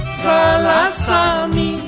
salasami